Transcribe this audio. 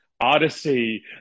odyssey